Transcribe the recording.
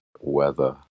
weather